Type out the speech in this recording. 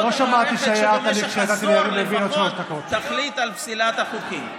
זאת המערכת שבמשך עשור לפחות תחליט על פסילת החוקים.